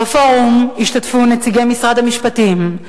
בפורום השתתפו נציגי משרד המשפטים,